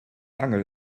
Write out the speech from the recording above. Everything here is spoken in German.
angel